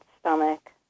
stomach